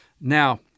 Now